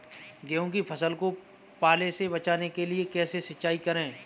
गेहूँ की फसल को पाले से बचाने के लिए कैसे सिंचाई करें?